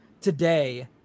today